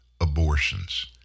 abortions